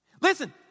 Listen